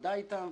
בעבודה אתם,